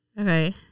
Okay